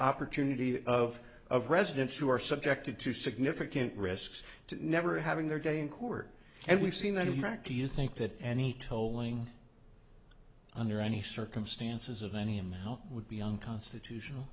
opportunity of of residents who are subjected to significant risks to never having their day in court and we've seen that iraqi you think that any tolling under any circumstances of any help would be unconstitutional